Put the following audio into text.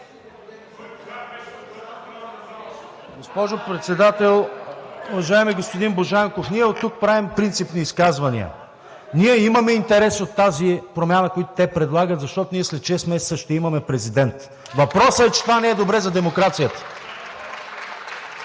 Госпожо Председател, уважаеми господин Божанков! Ние оттук правим принципни изказвания! Ние имаме интерес от тази промяна, която те предлагат, защото ние след шест месеца ще имаме президент! Въпросът е, че това не е добре за демокрацията.